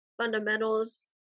fundamentals